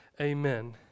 Amen